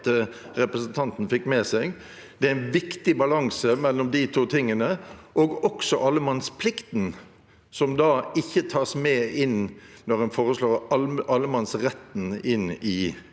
Det er en viktig balanse mellom de to tingene – og også allemannsplikten, som ikke tas med inn når en foreslår å ta allemannsretten inn i Grunnloven.